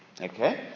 okay